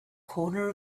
corner